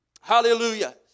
Hallelujah